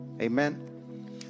Amen